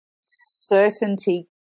Certainty